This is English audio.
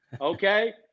Okay